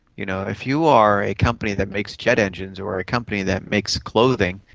you know if you are a company that makes jet engines or a company that makes clothing,